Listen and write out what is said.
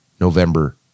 november